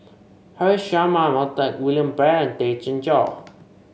Haresh Sharma Montague William Pett and Tay Chin Joo